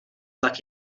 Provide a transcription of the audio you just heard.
tak